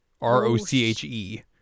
R-O-C-H-E